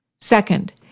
Second